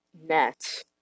net